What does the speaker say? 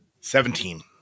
seventeen